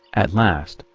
at last,